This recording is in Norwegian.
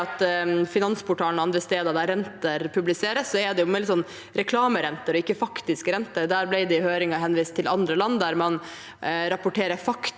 Finansportalen og andre steder der renter publiseres, er det mer reklamerenter og ikke den faktiske renten. Der ble det i høringen henvist til andre land, der man rapporterer faktiske